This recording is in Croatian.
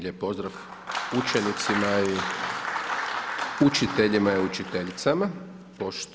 Lijep pozdrav učenicima i učiteljima i učiteljicama.